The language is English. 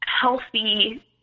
healthy